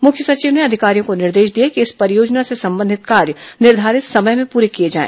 मुख्य सचिव ने अधिकारियों को निर्देश दिए कि इस परियोजना से संबंधित कार्य निर्घारित समय में पूरे किए जाए